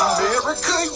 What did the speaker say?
America